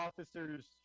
officer's